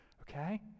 Okay